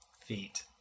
feet